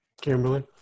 Kimberly